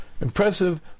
impressive